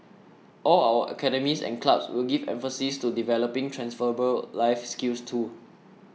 all our academies and clubs will give emphases to developing transferable life skills too